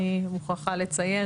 אני מוכרחה לציין,